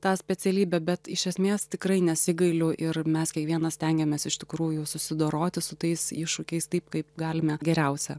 tą specialybę bet iš esmės tikrai nesigailiu ir mes kiekvienas stengiamės iš tikrųjų susidoroti su tais iššūkiais taip kaip galime geriausia